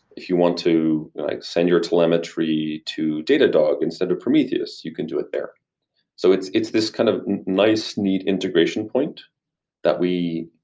if you want to send your telemetry to datadog instead of prometheus, you can do it there so it's it's this kind of nice neat integration point that we